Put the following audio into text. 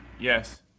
Yes